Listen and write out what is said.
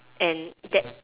and that